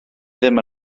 ddim